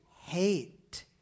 Hate